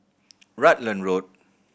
Rutland Road